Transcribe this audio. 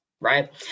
right